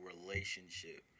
relationship